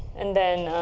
and then,